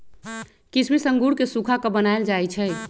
किशमिश अंगूर के सुखा कऽ बनाएल जाइ छइ